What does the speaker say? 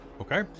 okay